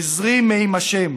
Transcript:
עזרי מעם ה'